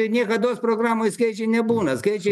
niekados programoj skaičiai nebūna skaičiai